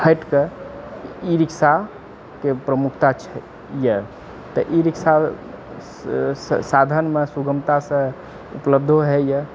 हटिके ई रिक्शाके प्रमुखता छै यऽ तऽ ई रिक्शा साधनमे सुगमतासे उपलब्धो होइए